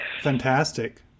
fantastic